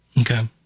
Okay